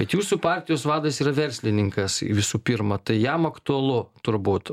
bet jūsų partijos vadas yra verslininkas visų pirma tai jam aktualu turbūt